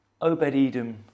Obed-Edom